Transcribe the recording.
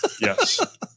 Yes